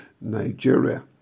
Nigeria